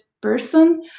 person